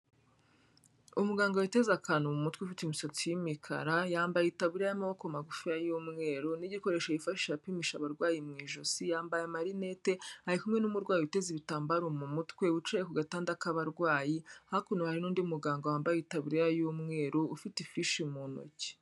Umuganga witeze akantu mutwe, ufite imisatsi y'imikara, yambaye itaburiya y'amaboko magufi y'umweru, n'igikoresho yifasha apimisha abarwayi mu ijosi, yambaye amarinete, ari kumwe n'umurwayi uteze ibitambaro mu mutwe, wiciye ku gatanda k'abarwayi, hakuno hari n'undi muganga wambaye itaburiya y'umweru ufite ifishi mu ntoki.